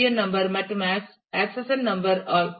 என் number மற்றும் accession number ஆகும்